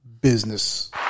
business